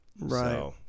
Right